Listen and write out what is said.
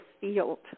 field